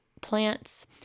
plants